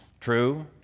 True